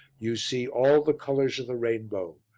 you see all the colours of the rainbow,